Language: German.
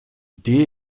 idee